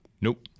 Nope